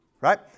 Right